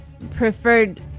preferred